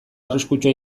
arriskutsua